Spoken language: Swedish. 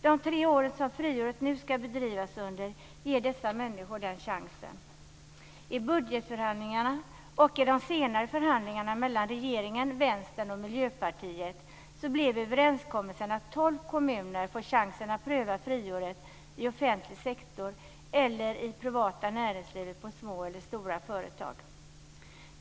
De tre åren under vilka friåret nu ska bedrivas ger dessa människor den chansen. I budgetförhandlingarna och i de senare förhandlingarna mellan regeringen, Vänstern och Miljöpartiet blev överenskommelsen att tolv kommuner får chansen att pröva friåret i offentlig sektor eller i det privata näringslivet i små eller stora företag.